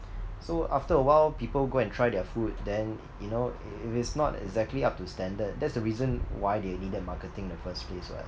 so after a while people go and try their food then you know if it's not exactly up to standard that's the reason why they needed marketing in the first place [what]